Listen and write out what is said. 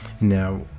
Now